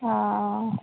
हँ